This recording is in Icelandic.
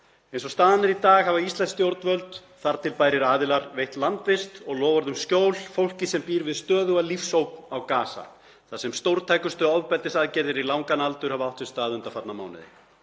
Eins og staðan er í dag hafa íslensk stjórnvöld, þar til bærir aðilar, veitt landvist og loforð um skjól fólki sem býr við stöðuga lífsógn á Gaza þar sem stórtækustu ofbeldisaðgerðir í langan aldur hafa átt sér stað undanfarna mánuði.